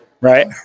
Right